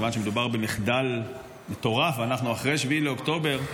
כיוון שמדובר במחדל מטורף ואנחנו אחרי 7 באוקטובר,